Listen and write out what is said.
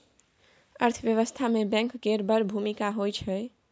अर्थव्यवस्था मे बैंक केर बड़ भुमिका होइ छै